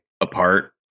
apart